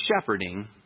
shepherding